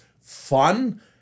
fun